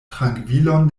trankvilon